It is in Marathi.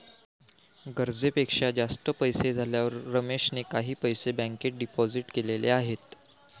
गरजेपेक्षा जास्त पैसे झाल्यावर रमेशने काही पैसे बँकेत डिपोजित केलेले आहेत